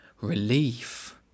relief